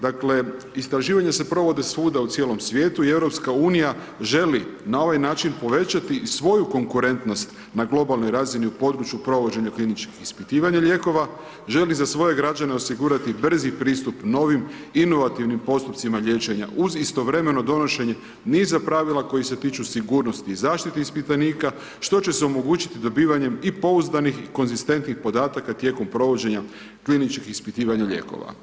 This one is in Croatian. Dakle, istraživanja se provode svuda u cijelom svijetu i EU želi na ovaj način povećati i svoju konkurentnost na globalnoj razini u području provođenja kliničkih ispitivanja lijekova, želi za svoje građane osigurati brzi pristup novim, inovativnim postupcima liječenja uz istovremeno donošenje niza pravila koji se tiču sigurnosti i zaštiti ispitanika, što će se omogućiti dobivanjem i pouzdanih i konzistentnih podataka tijekom provođenja kliničkih ispitivanja lijekova.